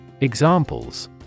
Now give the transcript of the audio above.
Examples